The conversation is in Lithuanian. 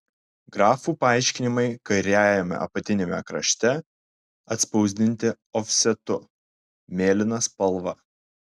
grafų paaiškinimai kairiajame apatiniame krašte atspausdinti ofsetu mėlyna spalva